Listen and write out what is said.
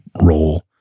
role